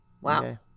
wow